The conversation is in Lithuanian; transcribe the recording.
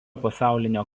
pasaulinio